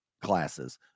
classes